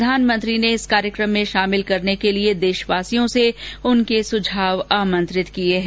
प्रधानमंत्री ने इस कार्यक्रम में शामिल करने के लिए देशवासियों से उनके सुझाव आमंत्रित किए हैं